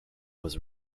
was